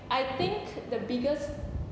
I think the biggest